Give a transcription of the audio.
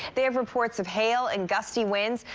they have reports of hail and gusty winds.